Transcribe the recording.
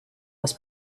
was